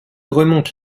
remonte